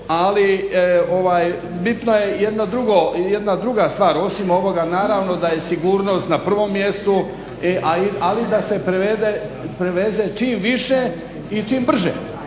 ali bitno je jedna druga stvar osim ovoga, naravno da je sigurnost na prvom mjestu, ali da se preveze čim više i čim brže.